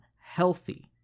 healthy